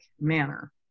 manner